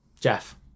Jeff